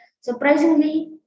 surprisingly